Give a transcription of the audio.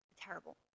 terrible